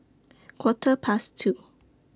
Quarter Past two